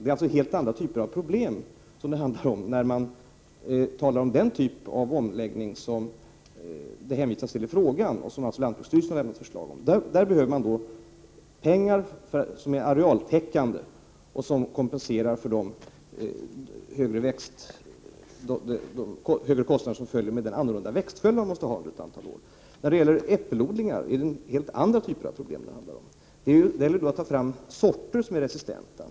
Det handlar alltså om helt andra problem vid den typ av omläggning som Annika Åhnberg hänvisar till i frågan och som lantbruksstyrelsen har lämnat förslag om. Där behövs pengar som är arealtäckande och som kompenserar för de högre kostnader som följer med den annorlunda växtföljd som krävs under ett antal år. När det gäller äppelodlingar handlar det om helt andra typer av problem. Det gäller att ta fram sorter som är resistenta.